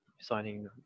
signing